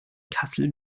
kassel